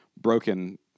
broken